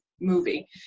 movie